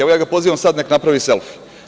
Evo, ja ga pozivam sada – nek napravi selfi.